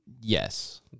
Yes